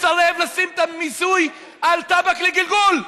מסרב לשים תג מיסוי על טבק לגלגול.